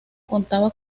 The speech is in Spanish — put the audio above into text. contaba